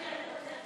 להצבעה.